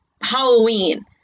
Halloween